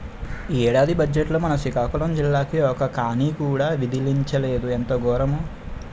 ఈ ఏడాది బజ్జెట్లో మన సికాకులం జిల్లాకి ఒక్క కానీ కూడా విదిలించలేదు ఎంత గోరము